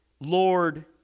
lord